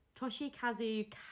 Toshikazu